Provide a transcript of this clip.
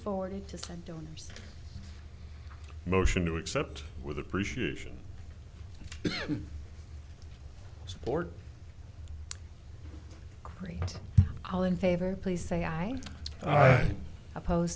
forwarded to send donors motion to accept with appreciation support create all in favor please say i oppose